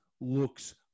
looks